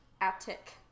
Attic